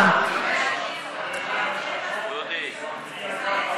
צריך לעשות רוויזיה בסל המוצרים.